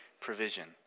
provision